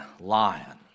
lion